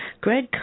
Greg